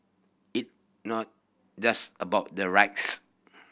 it not just about the rights